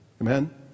Amen